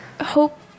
hope